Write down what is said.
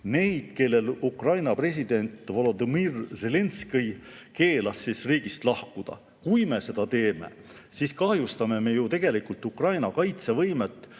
neid, kellel Ukraina president Volodõmõr Zelenskõi keelas riigist lahkuda. Kui me seda teeme, siis kahjustame me ju tegelikult Ukraina kaitsevõimet